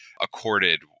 accorded